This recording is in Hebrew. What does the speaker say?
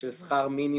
של שכר מינימום.